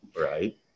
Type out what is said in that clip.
right